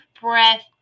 breath